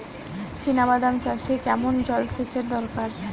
চিনাবাদাম চাষে কেমন জলসেচের দরকার?